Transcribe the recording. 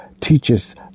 teaches